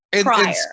prior